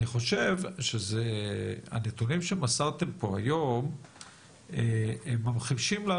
אני חושב שהנתונים שמסרתם פה היום ממחישים לנו